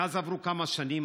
מאז עברו כמה שנים,